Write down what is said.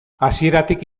hasieratik